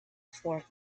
fork